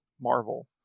Marvel